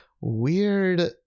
weird